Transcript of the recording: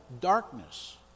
darkness